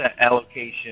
allocation